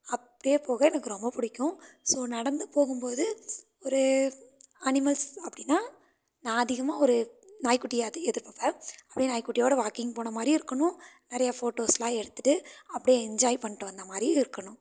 அப்படியே போக எனக்கு ரொம்ப பிடிக்கும் ஸோ நடந்து போகும் போது ஒரு அனிமல்ஸ் அப்படினா நான் அதிகமாக ஒரு நாய்க்குட்டியாவது எதிர்பார்ப்பேன் அப்படியே நாய்க்குட்டியோடு வாக்கிங் போனமாதிரியும் இருக்கணும் நிறைய ஃபோட்டோஸ்ஸெலாம் எடுத்துகிட்டு அப்படியே என்ஜாய் பண்ணிட்டு வந்தமாதிரியும் இருக்கணும்